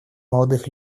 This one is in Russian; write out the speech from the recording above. молодых